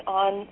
on